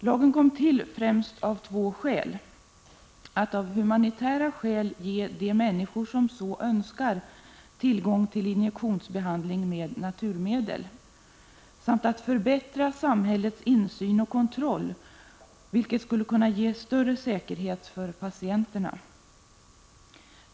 Lagen kom till främst av två skäl — dels för att av humanitära skäl ge de människor som så önskar tillgång till injektionsbehandling med naturmedel, dels för att förbättra samhällets insyn och kontroll, vilket skulle kunna ge större säkerhet för patienterna.